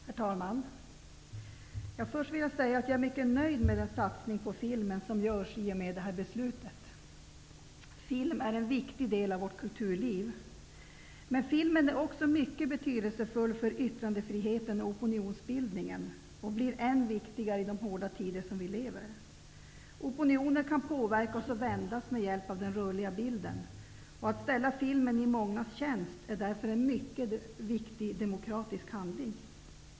Herr talman! Först vill jag säga att jag är mycket nöjd med den satsning på filmen som görs i och med detta beslut. Film är en viktig del av vårt kulturliv. Men filmen är också mycket betydelsefull för yttrandefriheten och opinionsbildningen, och den blir än viktigare i de hårda tider som vi lever i. Opinioner kan påverkas och vändas med hjälp av den rörliga bilden. Att ställa filmen i mångas tjänst är därför en mycket viktig demokratisk handling.